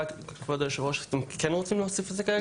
אתם רוצים להוסיף את זה עכשיו?